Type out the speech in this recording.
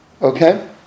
Okay